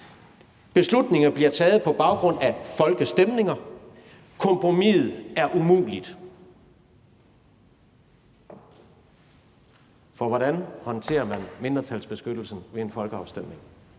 Beslutninger bliver taget på baggrund af folkestemninger – kompromiset er umuligt, for hvordan håndterer man mindretalsbeskyttelsen ved en folkeafstemning?